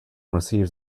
receives